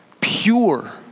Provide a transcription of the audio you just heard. pure